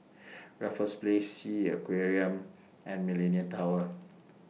Raffles Hospital S E A Aquarium and Millenia Tower